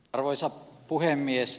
arvoisa puhemies